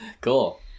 Cool